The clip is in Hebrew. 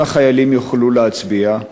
1. האם החיילים יוכלו להצביע?